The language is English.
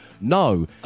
No